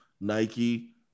Nike